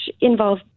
involve